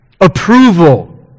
approval